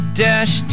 dash